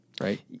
right